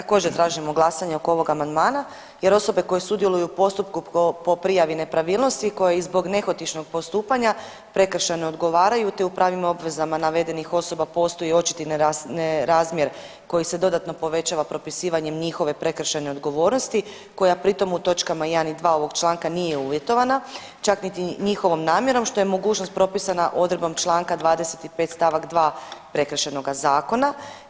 Također tražimo glasanje oko ovog amandmana, jer osobe koje sudjeluju u postupku po prijavi nepravilnosti koje i zbog nehotičnog postupanja prekršajno odgovaraju, te u pravima i obvezama navedenih osoba postoji očiti nerazmjer koji se dodatno povećava propisivanjem njihove prekršajne odgovornosti koja pritom u točkama 1. i 2. ovog članka nije uvjetovana čak niti njihovom namjerom što je mogućnost propisana odredbom članka 25. stavak 2. Prekršajnoga zakona.